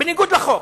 בניגוד לחוק.